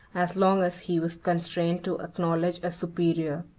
as long as he was constrained to acknowledge a superior.